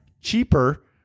cheaper